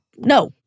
No